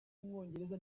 w’umwongereza